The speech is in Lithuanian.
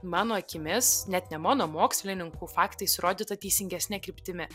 mano akimis net ne mano mokslininkų faktais įrodyta teisingesne kryptimi